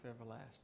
everlasting